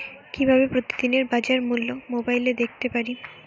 কিভাবে প্রতিদিনের বাজার মূল্য মোবাইলে দেখতে পারি?